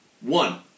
one